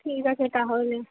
ঠিক আছে তাহলে